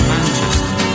Manchester